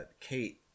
kate